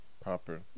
Proper